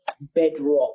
bedrock